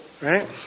right